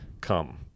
come